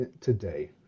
today